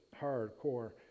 hardcore